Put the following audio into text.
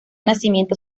nacimiento